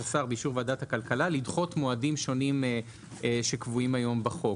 השר באישור ועדת הכלכלה לדחות מועדים שונים שקבועים היום בחוק.